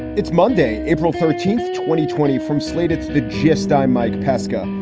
it's monday, april thirteenth, twenty twenty from slate, it's the gist. i'm mike pesca.